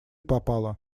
попало